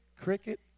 cricket